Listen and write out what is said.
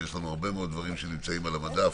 יש לנו הרבה מאוד דברים שנמצאים על המדף,